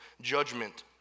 judgment